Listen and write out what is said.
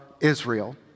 Israel